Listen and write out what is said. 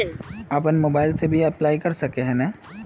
अपन मोबाईल से भी अप्लाई कर सके है नय?